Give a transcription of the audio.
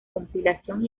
compilación